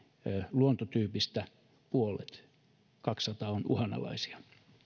luontotyypistä puolet kaksisataa on uhanalaisia